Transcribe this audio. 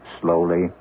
slowly